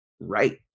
right